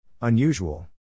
Unusual